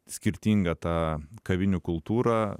skirtingą tą kavinių kultūrą